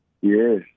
Yes